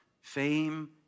fame